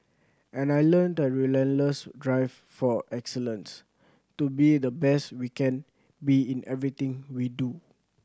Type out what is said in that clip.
and I learnt a relentless drive for excellence to be the best we can be in everything we do